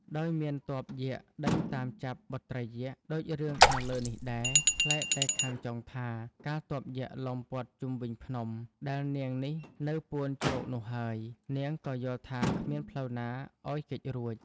ដោយមានទ័ពយក្ខដេញតាមចាប់បុត្រីយក្ខ ដូចរឿងខាងលើនេះដែរ ប្លែកតែខាងចុងថា កាលទ័ពយក្ខ ឡោមព័ទ្ធជុំវិញភ្នំ ដែលនាងនេះនៅពួនជ្រកនោះហើយ នាងក៏យល់ថាគ្មានផ្លូវណាឲ្យគេចរួច។